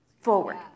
forward